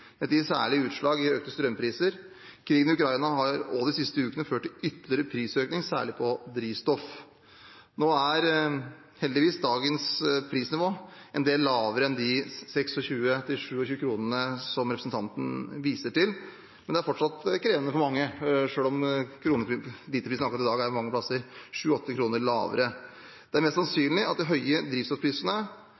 Dette gir særlig utslag i økte strømpriser. Krigen i Ukraina har de siste ukene også ført til ytterligere prisøkning, særlig på drivstoff. Nå er heldigvis dagens prisnivå en del lavere enn de 26–27 kr som representanten viser til, men det er fortsatt krevende for mange selv om literprisen akkurat i dag er 7–8 kr lavere mange plasser. Det er mest